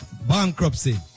Bankruptcy